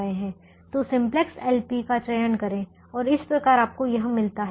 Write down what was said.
तो simplex LP का चयन करें और इस प्रकार आपको यह मिलता है